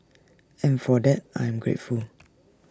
and for that I am grateful